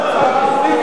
יום האדמה זה חג רשמי?